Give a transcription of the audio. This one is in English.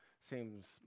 seems